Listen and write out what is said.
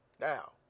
Now